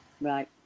Right